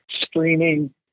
streaming